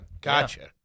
gotcha